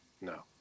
No